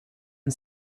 and